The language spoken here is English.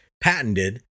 patented